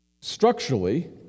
Structurally